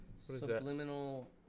Subliminal